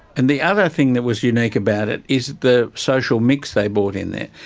and the other thing that was unique about it is the social mix they brought in there.